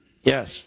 Yes